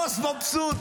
הבוס מבסוט.